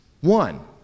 One